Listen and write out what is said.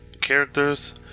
characters